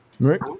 right